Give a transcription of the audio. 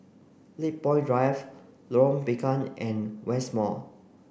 Lakepoint Drive Lorong Bengkok and West Mall